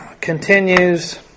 continues